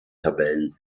tabellen